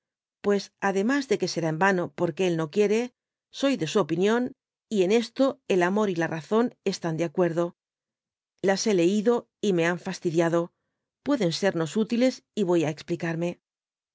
pues ademas de que será en vano porque él no quiere soy de su opinión y en esto el amor y la razón están de acuerdo las hé leido y me han fastidiado pueden sernos útiles y voy á explicarme